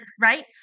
right